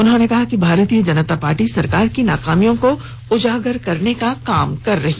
उन्होंने कहा कि भारतीय जनता पार्टी सरकार की नाकामियों को उजागर करने का काम कर रही